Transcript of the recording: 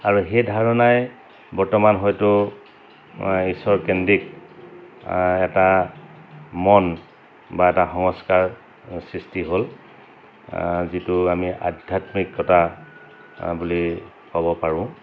আৰু সেই ধাৰণাই বৰ্তমান হয়তো ঈশ্বৰকেন্দ্ৰিক এটা মন বা এটা সংস্কাৰ সৃষ্টি হ'ল যিটো আমি আধ্যাত্মিকতা বুলি ক'ব পাৰোঁ